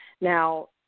now